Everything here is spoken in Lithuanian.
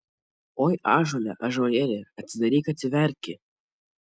oi ąžuole ąžuolėli atsidaryk atsiverki